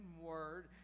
word